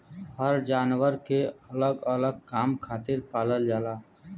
हर जानवर के अलग अलग काम खातिर पालल जाला